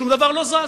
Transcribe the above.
שום דבר לא זז.